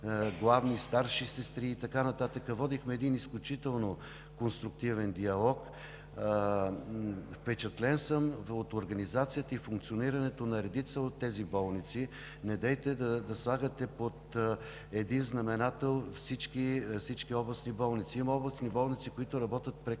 главни, старши сестри и така нататък. Водихме изключително конструктивен диалог. Впечатлен съм от организацията и функционирането на редица от тези болници. Недейте да слагате под един знаменател всички областни болници – има такива, които работят прекрасно.